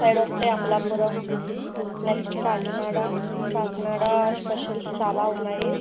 ఇటు సైడ్ వస్తే Amalapuram next Kakinada Kakinada specials చాలా ఉన్నాయి